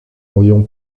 environ